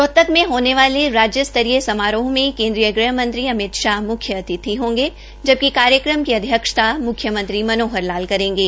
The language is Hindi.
रोहतक में होने वाले राज्य स्तरीय समारोह में केन्द्रीय ग़हमंत्री अमित शाह म्ख्य अतिथि होंगे जबकि कार्यक्रम की अध्यक्षता म्ख्यमंत्री मनोहर लाल करेंगे